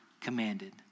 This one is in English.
commanded